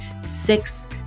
six